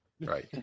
Right